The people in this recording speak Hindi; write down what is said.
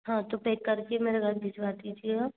हाँ तो पैक करके मेरे घर भिजवा दीजिएगा